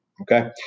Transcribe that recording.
okay